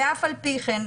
אף על פי כן,